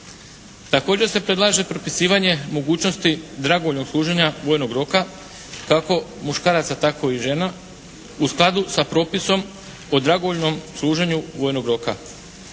Također se predlaže propisivanje mogućnosti dragovoljnog služenja vojnog roka kako muškaraca tako i žena u skladu sa propisom o dragovoljnom služenju vojnog roka.